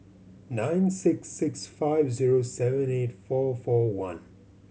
nine six six five zero seven eight four four one